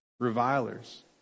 revilers